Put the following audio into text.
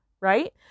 right